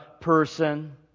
person